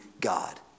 God